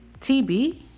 TB